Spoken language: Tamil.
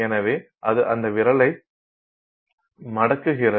எனவே அது அந்த விரலை மடக்குகிறது